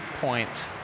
points